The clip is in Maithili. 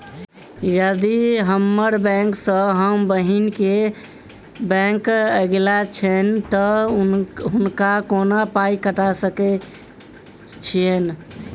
यदि हम्मर बैंक सँ हम बहिन केँ बैंक अगिला छैन तऽ हुनका कोना पाई पठा सकैत छीयैन?